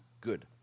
good